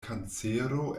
kancero